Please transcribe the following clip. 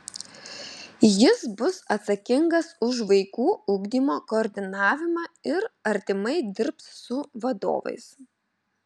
jis bus atsakingas už vaikų ugdymo koordinavimą ir artimai dirbs su vadovais